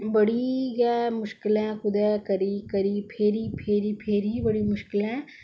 बड़ी गै मुश्कलें कुदे करी करी फेरी फेरी बड़ी मुश्कलें